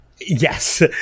Yes